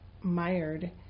mired